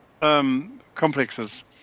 complexes